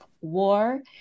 war